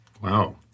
Wow